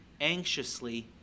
anxiously